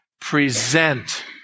present